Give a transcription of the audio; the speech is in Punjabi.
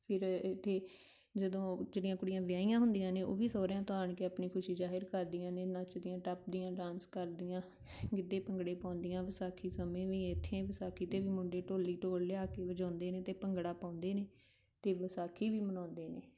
ਫਿਰ ਉੱਥੇ ਜਦੋਂ ਜਿਹੜੀਆਂ ਵਿਆਹੀਆਂ ਹੁੰਦੀਆਂ ਨੇ ਉਹ ਵੀ ਸੋਹਰਿਆਂ ਤੋਂ ਆਣ ਕੇ ਆਪਣੀ ਖੁਸ਼ੀ ਜ਼ਾਹਿਰ ਕਰਦੀਆਂ ਨੇ ਨੱਚਦੀਆਂ ਟੱਪਦੀਆਂ ਡਾਂਸ ਕਰਦੀਆਂ ਗਿੱਧੇ ਭੰਗੜੇ ਪਾਉਂਦੀਆਂ ਵਿਸਾਖੀ ਸਮੇਂ ਵੀ ਇੱਥੇ ਵਿਸਾਖੀ 'ਤੇ ਵੀ ਮੁੰਡੇ ਢੋਲੀ ਢੋਲ ਲਿਆ ਕੇ ਵਜਾਉਂਦੇ ਨੇ ਅਤੇ ਭੰਗੜਾ ਪਾਉਂਦੇ ਨੇ ਅਤੇ ਵਿਸਾਖੀ ਵੀ ਮਨਾਉਂਦੇ ਨੇ